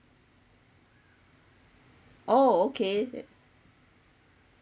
oh okay that